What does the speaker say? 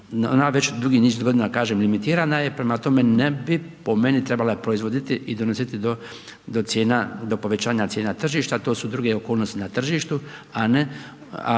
ona već dugi niz godina, kažem limitirana je, prema tome, ne bi po meni trebala proizvoditi i donositi do cijena, do povećanja cijena tržišta, to su druge okolnosti na tržištu, a tome